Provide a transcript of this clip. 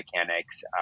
mechanics